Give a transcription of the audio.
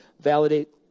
validate